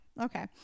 okay